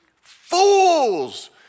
fools